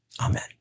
Amen